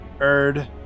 Erd